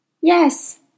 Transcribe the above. Yes